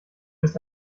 ist